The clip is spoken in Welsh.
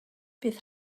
bydd